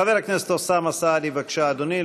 חבר הכנסת אוסאמה סעדי, בבקשה, אדוני.